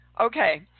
Okay